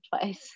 twice